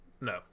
No